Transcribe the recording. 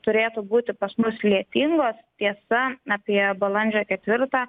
turėtų būti pas mus lietingos tiesa apie balandžio ketvirtą